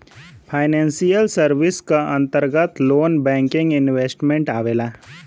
financial service क अंतर्गत loan banking investment आवेला